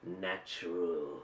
natural